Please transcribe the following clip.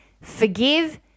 Forgive